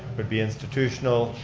would be institutional.